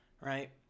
Right